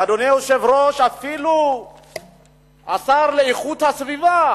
ואדוני היושב-ראש, אפילו השר לאיכות הסביבה